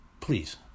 Please